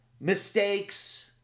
mistakes